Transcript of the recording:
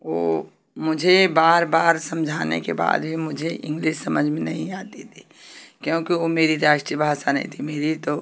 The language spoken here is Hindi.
वो मुझे बार बार समझाने के बाद भी मुझे इंग्लिस समझ में नहीं आती थी क्योंकि वो मेरी राष्ट्रीय भाषा नहीं थी मेरी तो